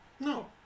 No